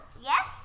yes